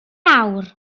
awr